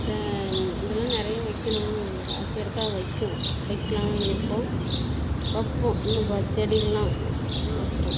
இதெல்லாம் நிறைய வைக்கணும்னு எங்களுக்கு ஆசையாக இருக்குது வைக்குவோம் வைக்கலாம்னு இருக்கோம் வைப்போம் இன்னும் செடிகள்லாம் வைக்கிறோம்